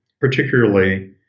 particularly